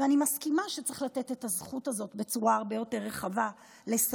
ואני מסכימה שצריך לתת את הזכות הזאת בצורה הרבה יותר רחבה לשרים.